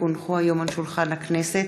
כי הונחו היום על שולחן הכנסת,